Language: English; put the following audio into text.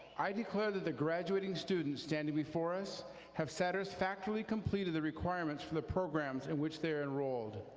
i declare that the graduating students standing before us have satisfactorily completed the requirements for the programs in which they are enrolled.